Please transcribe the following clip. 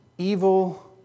Evil